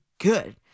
good